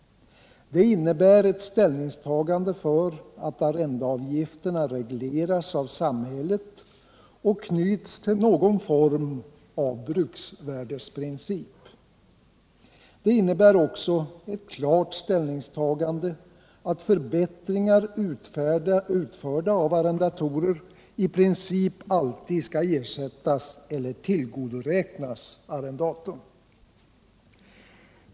Det innebär ett ställningstagande för att arrendeavgifterna regleras av samhället och knyts till någon form av bruksvärdesprincip. Det innebär också ett klart ställningstagande till att förbättringar utförda av arrendatorer i princip alltid skall ersättas eller tillgodoräknas arrendatorn.